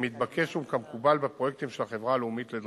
כמתבקש וכמקובל בפרויקטים של החברה הלאומית לדרכים.